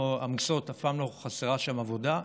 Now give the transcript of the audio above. עמוסות ואף פעם לא חסרה שם עבודה,